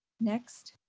next.